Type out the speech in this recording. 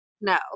No